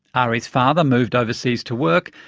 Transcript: ari's father moved overseas to work,